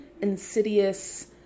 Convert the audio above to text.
insidious